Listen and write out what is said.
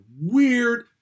weird